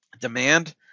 Demand